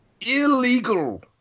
Illegal